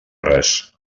res